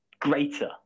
greater